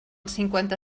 cinquanta